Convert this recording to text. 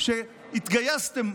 שהתגייסתם.